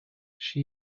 she